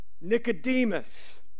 Nicodemus